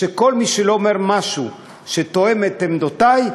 שכל מי שלא אומר משהו שתואם את עמדותי,